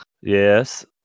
Yes